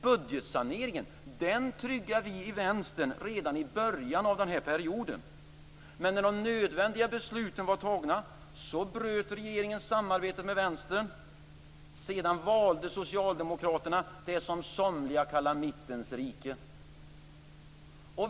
Budgetsaneringen tryggade vi i Vänstern redan i början av den här perioden. Men när de nödvändiga besluten var tagna bröt regeringen samarbetet med Vänstern. Sedan valde Socialdemokraterna vad somliga kallar för mittens rike.